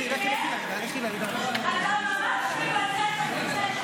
אתה ממש מבזה את הכנסת.